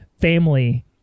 family